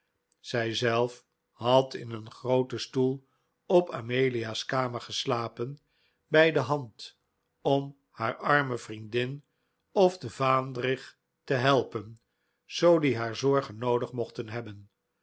hadden zijzelf had in een grooten stoel op amelia's kamer geslapen bij de hand om haar arme vriendin of den vaandrig te helpen zoo die haar zorgen noodig mochten hehben